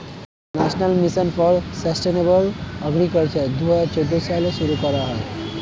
national mission for sustainable agriculture দুহাজার চৌদ্দ সালে শুরু করা হয়